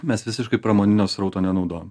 mes visiškai pramoninio srauto nenaudojam